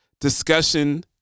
discussion